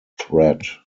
threat